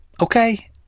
okay